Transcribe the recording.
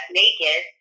naked